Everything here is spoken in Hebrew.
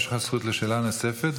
יש לך זכות לשאלה נוספת,